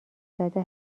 زده